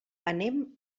anem